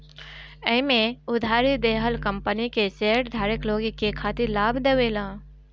एमे उधारी देहल कंपनी के शेयरधारक लोग के खातिर लाभ देवेला